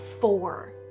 four